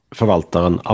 förvaltaren